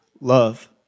love